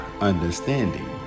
understanding